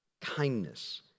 kindness